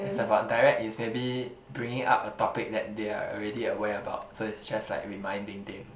it's about direct it's maybe bringing up a topic that they're already aware about so it's just like reminding them